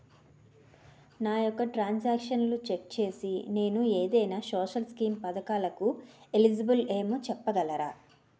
నా యెక్క ట్రాన్స్ ఆక్షన్లను చెక్ చేసి నేను ఏదైనా సోషల్ స్కీం పథకాలు కు ఎలిజిబుల్ ఏమో చెప్పగలరా?